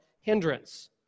hindrance